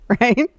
right